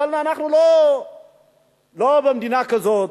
אנחנו לא במדינה כזאת,